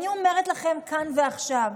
אני אומרת לכם כאן ועכשיו,